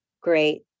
great